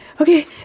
okay